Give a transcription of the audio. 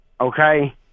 okay